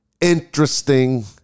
interesting